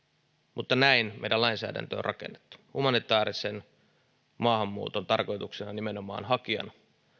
mutta näin meidän lainsäädäntömme on rakennettu humanitäärisen maahanmuuton tarkoituksena on nimenomaan hakijan